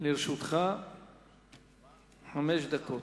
לרשותך חמש דקות.